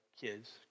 kids